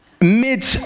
mid